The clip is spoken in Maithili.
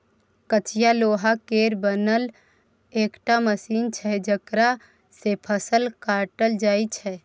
कचिया लोहा केर बनल एकटा मशीन छै जकरा सँ फसल काटल जाइ छै